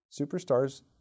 Superstars